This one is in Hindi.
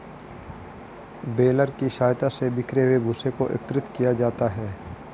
बेलर की सहायता से बिखरे हुए भूसे को एकत्रित किया जाता है